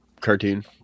cartoon